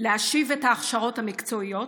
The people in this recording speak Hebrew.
להשיב את ההכשרות המקצועיות